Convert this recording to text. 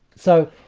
so,